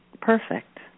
perfect